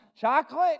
chocolate